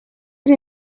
iri